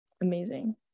amazing